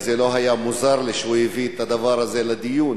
כי זה לא היה מוזר לי שהוא הביא את הדבר הזה לדיון,